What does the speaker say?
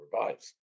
provides